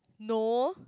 no